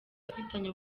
afitanye